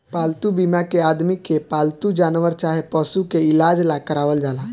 पालतू बीमा के आदमी के पालतू जानवर चाहे पशु के इलाज ला करावल जाला